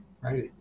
right